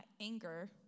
anger